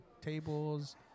tables